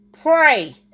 Pray